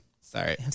Sorry